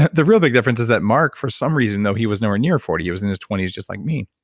the real big difference is that marc, for some reason though he was nowhere near forty, he was in his twenty s just like me.